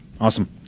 Awesome